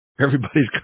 everybody's